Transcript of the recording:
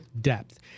depth